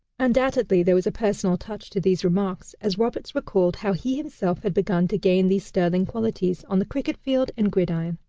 undoubtedly there was a personal touch to these remarks, as roberts recalled how he himself had begun to gain these sterling qualities on the cricket field and gridiron.